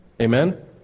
Amen